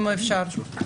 אם אפשר.